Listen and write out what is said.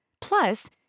Plus